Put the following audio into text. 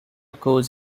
kos